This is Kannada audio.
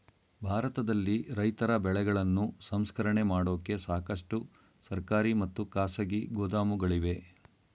ಭಾರತದಲ್ಲಿ ರೈತರ ಬೆಳೆಗಳನ್ನು ಸಂಸ್ಕರಣೆ ಮಾಡೋಕೆ ಸಾಕಷ್ಟು ಸರ್ಕಾರಿ ಮತ್ತು ಖಾಸಗಿ ಗೋದಾಮುಗಳಿವೆ